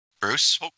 Bruce